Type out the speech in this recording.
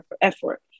effort